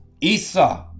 Esau